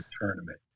tournament